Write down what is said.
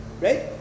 right